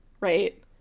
right